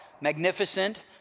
magnificent